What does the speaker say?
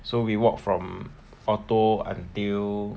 so we walk from otto until